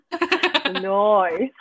nice